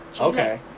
Okay